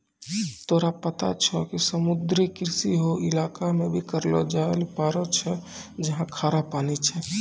तोरा पता छौं कि समुद्री कृषि हौ इलाका मॅ भी करलो जाय ल पारै छौ जहाँ खारा पानी छै